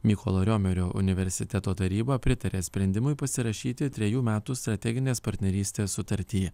mykolo riomerio universiteto taryba pritarė sprendimui pasirašyti trejų metų strateginės partnerystės sutartį